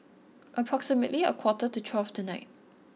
approximately a quarter to twelve tonight